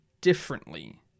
differently